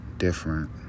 Different